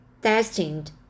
destined